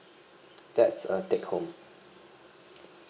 that's uh take home